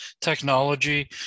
technology